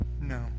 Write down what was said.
no